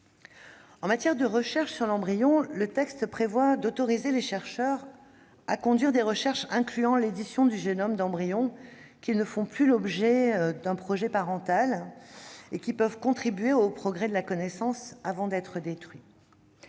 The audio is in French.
En matière de recherche sur l'embryon, le projet de loi autorise les chercheurs à conduire des recherches incluant l'édition du génome d'embryons ne faisant plus l'objet d'un projet parental et susceptibles de contribuer au progrès de la connaissance, avant d'être détruits.